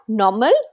normal